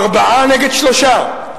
ארבעה נגד שלושה.